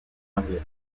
anglais